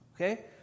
okay